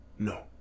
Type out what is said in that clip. no